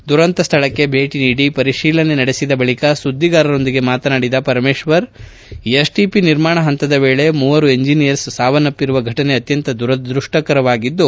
ದುರಂತ ಸ್ಥಳಕ್ಕೆ ಭೇಟ ನೀಡಿ ಪರಿತೀಲನೆ ನಡೆಸಿದ ಬಳಕ ಸುದ್ದಿಗಾರರೊಂದಿಗೆ ಮಾತನಾಡಿದ ಪರಮೇಶ್ವರ್ ಎಸ್ ಟಿ ಪಿ ನಿರ್ಮಾಣ ಹಂತದ ವೇಳೆ ಮೂವರು ಎಂಜಿನಿಯರ್ಸ್ ಸಾವನ್ನಪ್ಪಿರುವ ಘಟನೆ ಅತ್ಯಂತ ದುರದೃಷ್ಷಕರವಾಗಿದ್ದು